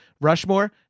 Rushmore